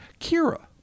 Kira